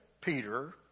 Peter